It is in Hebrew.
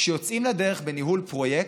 כשיוצאים לדרך בניהול פרויקט,